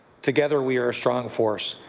together we are a strong force.